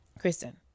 Kristen